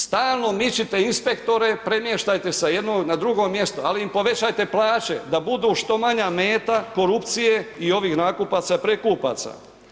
Stalno mičite inspektore, premještajte sa jednog na drugo mjesto, ali im povećajte plaća, da budu što manja meta korupcije i ovih nakupaca, prekupaca.